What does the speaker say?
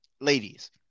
ladies